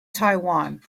taiwan